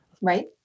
Right